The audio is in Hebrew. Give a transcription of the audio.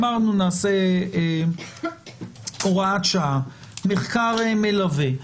אמרנו, נעשה הוראת שעה, מחקר מלווה.